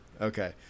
Okay